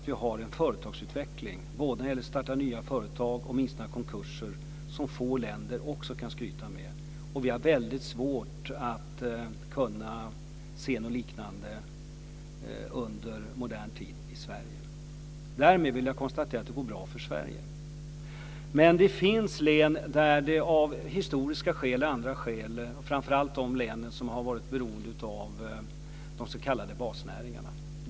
Vi har en företagsutveckling när det gäller både att starta nya företag och att minska konkurser som få länder kan skryta med. Vi har väldigt svårt att se något liknande under modern tid i Sverige. Därmed vill jag konstatera att det går bra för Sverige. Det finns län som historiskt och på andra sätt har varit beroende av de s.k. basnäringarna.